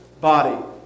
body